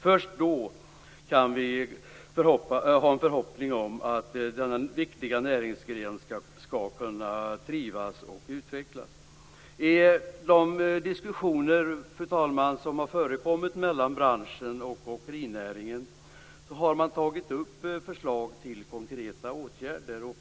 Först då kan vi ha en förhoppning om att denna viktiga näringsgren skall kunna trivas och utvecklas. Fru talman! I de diskussioner som har förts mellan branschen och åkerinäringen har man tagit upp förslag till konkreta åtgärder.